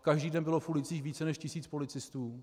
Každý den bylo v ulicích více než tisíc policistů.